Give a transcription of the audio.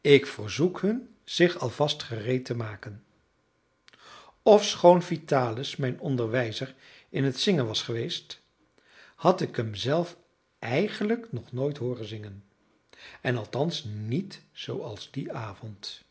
ik verzoek hun zich alvast gereed te maken ofschoon vitalis mijn onderwijzer in het zingen was geweest had ik hem zelf eigenlijk nog nooit hooren zingen en althans niet zooals dien avond